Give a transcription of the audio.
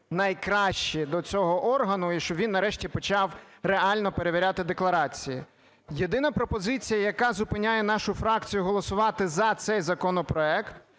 найкращі до цього органу, і щоб він, нарешті, почав реально перевіряти декларації. Єдина пропозиція, яка зупиняє нашу фракцію голосувати за цей законопроект,